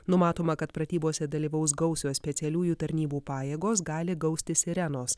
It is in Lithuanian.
numatoma kad pratybose dalyvaus gausios specialiųjų tarnybų pajėgos gali gausti sirenos